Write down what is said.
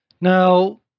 now